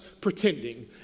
pretending